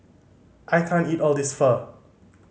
I can't eat all this Pho